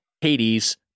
Hades